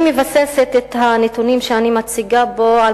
אני מבססת את הנתונים שאני מציגה פה על